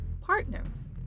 partners